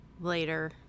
later